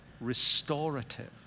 restorative